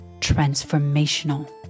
transformational